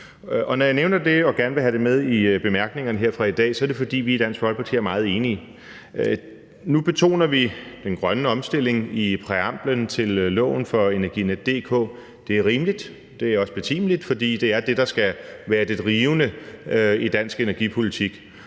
Når jeg nævner det og gerne vil have det med i bemærkningerne her fra i dag, er det, fordi vi i Dansk Folkeparti er meget enige. Nu betoner vi den grønne omstilling i præamblen til loven for Energinet. Det er rimeligt, og det er også betimeligt, for det er det, der skal være det drivende i dansk energipolitik.